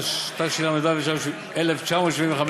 התשל"ו 1975,